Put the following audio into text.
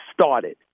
started